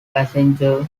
passenger